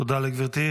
תודה לגברתי.